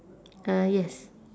uh yes